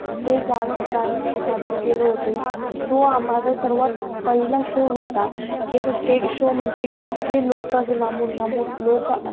ते गाणंसुद्धा आम्ही तिथे सादर केलं होतं तो आ माझा सर्वात पहिला शो होता की असं स्टेज शो म्हणजे की इतके लोकं असे लांबून लांबून लोकं